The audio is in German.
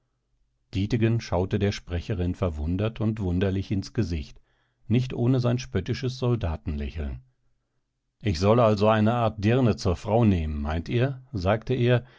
dietegen schaute der sprecherin verwundert und wunderlich ins gesicht nicht ohne sein spöttisches soldatenlächeln ich soll also eine art dirne zur frau nehmen meint ihr sagte er